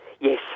Yes